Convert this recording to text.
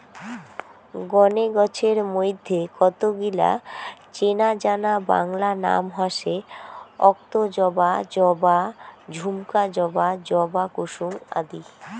গণে গছের মইধ্যে কতগিলা চেনাজানা বাংলা নাম হসে অক্তজবা, জবা, ঝুমকা জবা, জবা কুসুম আদি